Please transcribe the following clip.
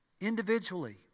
individually